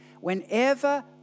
Whenever